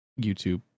youtube